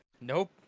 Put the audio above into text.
Nope